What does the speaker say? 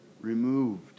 Removed